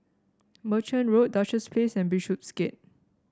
Merchant Road Duchess Place and Bishopsgate